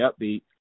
upbeat